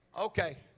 Okay